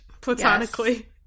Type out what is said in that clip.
platonically